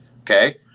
Okay